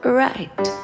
right